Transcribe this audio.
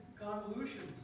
convolutions